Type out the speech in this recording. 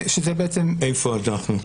איפה אנחנו?